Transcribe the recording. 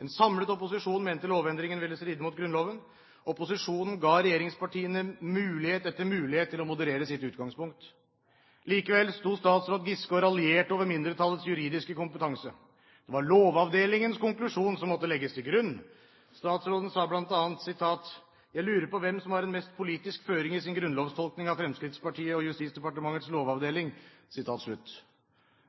En samlet opposisjon mente at lovendringen ville stride mot Grunnloven. Opposisjonen gav regjeringspartiene mulighet etter mulighet til å moderere sitt utgangspunkt. Likevel stod statsråd Giske og raljerte over mindretallets juridiske kompetanse. Det var Lovavdelingens konklusjon som måtte legges til grunn. Statsråden sa bl.a.: «Jeg lurer på hvem som har en mest politisk føring i sin grunnlovstolkning av Fremskrittspartiet og Justisdepartementets lovavdeling.»